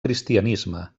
cristianisme